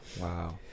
Wow